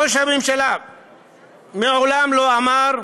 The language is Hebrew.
ראש הממשלה מעולם לא אמר,